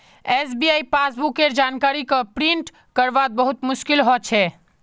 SBI passbook केर जानकारी क प्रिंट करवात बहुत मुस्कील हो छे